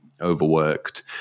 overworked